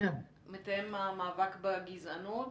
מתאם המאבק בגזענות.